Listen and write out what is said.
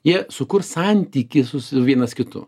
jie sukurs santykį su vienas kitu